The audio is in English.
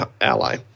ally